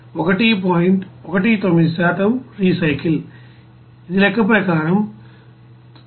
19 recycle ఇది లెక్క ప్రకారం 3